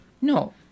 No